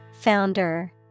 Founder